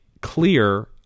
clear